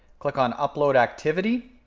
click on upload activity.